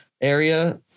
area